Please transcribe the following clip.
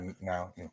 Now